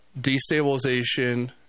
destabilization